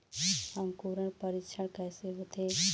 अंकुरण परीक्षण कैसे होथे?